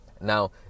Now